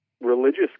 religious